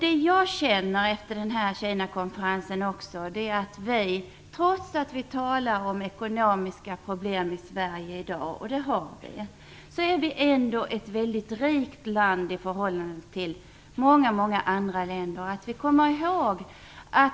Efter den här Kinakonferensen känner jag att vi, trots att vi talar om ekonomiska problem i Sverige i dag, är ett mycket rikt land i förhållande till många andra länder.